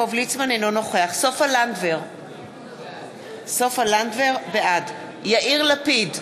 אינו נוכח סופה לנדבר, בעד יאיר לפיד,